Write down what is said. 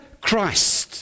Christ